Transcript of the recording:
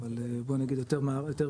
אבל בוא נגיד יותר מערבה,